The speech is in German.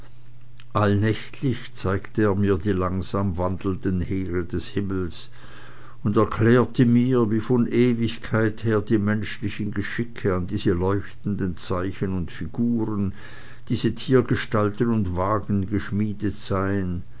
allnächtlich zeigte er mir die langsam wandelnden heere des himmels und erklärte mir wie von ewigkeit her die menschlichen geschicke an diese leuchtenden zeichen und figuren diese tiergestalten und wagen geschmiedet seien